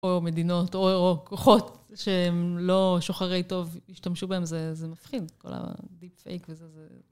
או מדינות או כוחות שהם לא שוחרי טוב, ישתמשו בהם, זה מפחיד. כל הדיפ פייק וזה, זה...